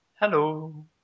Hello